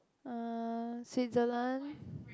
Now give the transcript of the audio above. err Switzerland